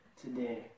today